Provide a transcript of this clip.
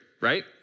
right